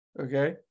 okay